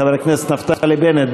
חבר הכנסת נפתלי בנט,